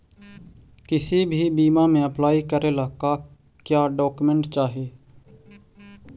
किसी भी बीमा में अप्लाई करे ला का क्या डॉक्यूमेंट चाही?